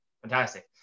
fantastic